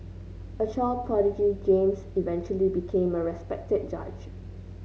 a child prodigy James eventually became a respected judge